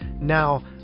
now